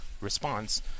Response